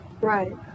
Right